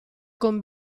con